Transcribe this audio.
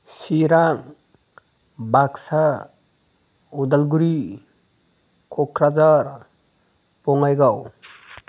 Chirang Baksa Udalguri Kokrajhar Bongaigaon